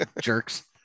Jerks